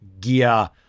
gear